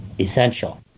essential